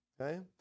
okay